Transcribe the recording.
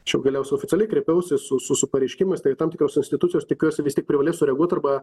aš jau galiausiais oficialiai kreipiausi su su pareiškimas tai į tam tikras institucijos tikiuosi vis tiek privalės sureaguot arba